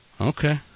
Okay